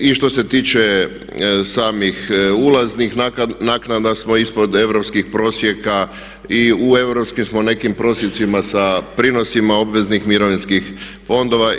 I što se tiče samih ulaznih naknada smo ispod europskih prosjeka i u europskim smo nekim prosjecima sa prinosima obveznih mirovinskih fondova.